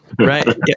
right